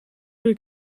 per